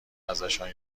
ازشان